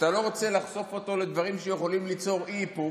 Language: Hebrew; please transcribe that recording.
כשאתה לא רוצה לחשוף אותו לדברים שיכולים ליצור אי-איפוק,